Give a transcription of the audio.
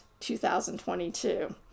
2022